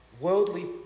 Worldly